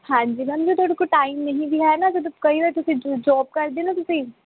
ਹਾਂਜੀ ਮੈਮ ਜੇ ਤੁਹਾਡੇ ਕੋਲ ਟਾਈਮ ਨਹੀਂ ਵੀ ਹੈ ਨਾ ਜਦੋਂ ਕਈ ਵਾਰ ਤੁਸੀਂ ਜ ਜੋਬ ਕਰਦੇ ਹੋ ਨਾ ਤੁਸੀਂ